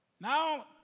Now